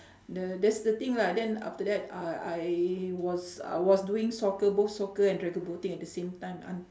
the that's the thing lah then after that I I was uh was doing soccer both soccer and dragon boating at the same time